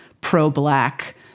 pro-Black